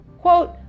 Quote